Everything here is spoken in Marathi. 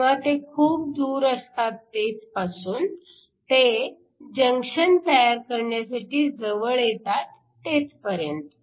जेव्हा ते खूप दूर असतात तेथपासून ते जंक्शन तयार करण्यासाठी जवळ येतात तेथपर्यंत